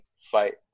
fight